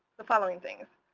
the following things.